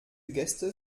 gäste